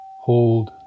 Hold